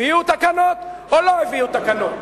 הביאו תקנות או לא הביאו תקנות?